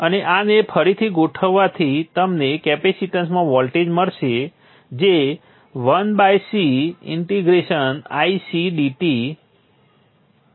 અને આને ફરીથી ગોઠવવાથી તમને કેપેસિટેન્સમાં વોલ્ટેજ મળશે જે 1CIC dt one by C integral of IC dt દ્વારા છે